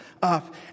Up